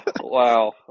Wow